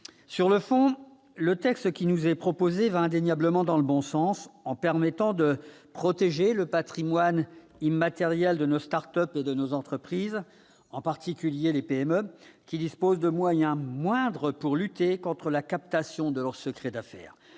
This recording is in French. Sur le fond, le texte qui nous est proposé va indéniablement dans le bon sens, en permettant de protéger le patrimoine immatériel de nos start-up et de nos entreprises, en particulier les PME, qui disposent de moyens moindres pour lutter contre la captation de leurs secrets d'affaires.